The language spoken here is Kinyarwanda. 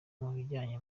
bajyanye